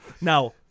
Now